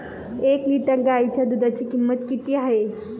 एक लिटर गाईच्या दुधाची किंमत किती आहे?